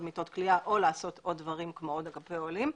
מיטות כליאה או לעשות עוד דברים כמו עוד אגפי אוהלים.